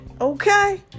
Okay